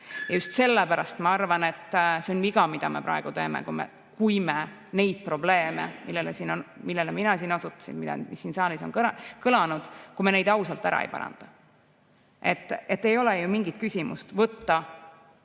Ja just sellepärast ma arvan, et see on viga, mida me praegu teeme, kui me neid probleeme, millele mina siin osutusin ja mis siin saalis on kõlanud, ausalt ära ei paranda. Ei ole ju mingit küsimust võtta